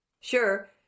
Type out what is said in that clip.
Sure